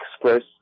express